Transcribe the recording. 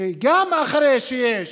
שגם אחרי שיש